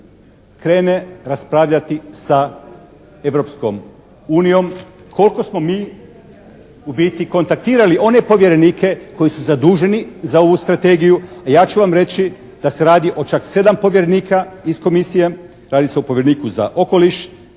krene raspravljati sa Europskom unijom, koliko smo mi u biti kontaktirali one povjerenike koji su zaduženi za ovu Strategiju, a ja ću vam reći da se radi o čak 7 povjerenika iz Komisije, radi se o povjereniku za okoliš,